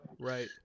right